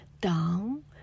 down